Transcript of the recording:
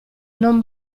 non